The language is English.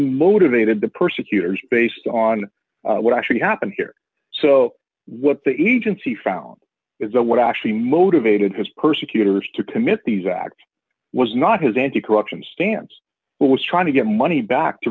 motivated the persecutors based on what actually happened here so what the agency found is that what actually motivated his persecutors to commit these acts was not his anticorruption stance but was trying to get money back to